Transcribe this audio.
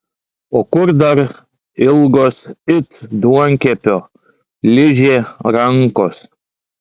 o kur dar ilgos it duonkepio ližė rankos